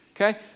Okay